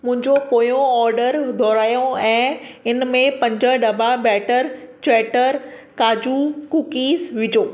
मुंहिंजो पोयों ऑडर दुहिरायो ऐं इनमें पंज डबा बैटर चैटर काजू कुकीस विझो